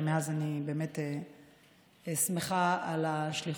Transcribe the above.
ומאז אני באמת שמחה על השליחות.